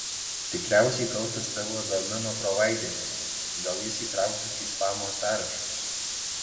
tikriausiai kaltas tavo domeno provaideris gal jis įtrauktas į spamo sąrašus